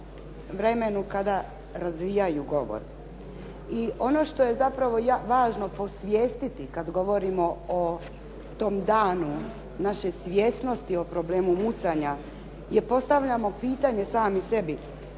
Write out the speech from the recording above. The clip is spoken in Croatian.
vremenu kada razvijaju govor. I ono što je zapravo važno posvijestiti kad govorimo o tom danu naše svijesnosti o problemu mucanja je postavljamo pitanje sami sebi